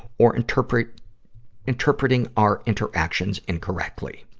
or interpreting interpreting our interactions incorrectly.